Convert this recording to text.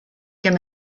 him